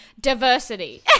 diversity